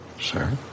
Sir